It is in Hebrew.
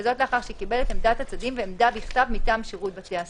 וזאת לאחר שקיבל את עמדת הצדדים ועמדה בכתב מטעם שירות בתי הסוהר: